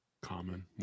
common